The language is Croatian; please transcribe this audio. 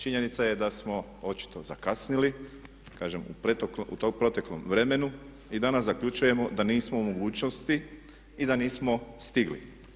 Činjenica je da smo očito zakasnili, kažem u proteklom vremenu i danas zaključujemo da nismo u mogućnosti i da nismo stigli.